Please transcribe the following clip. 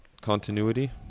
continuity